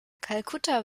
kalkutta